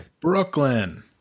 Brooklyn